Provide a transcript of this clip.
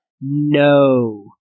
no